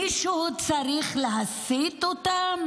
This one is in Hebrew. מישהו צריך להסית אותם?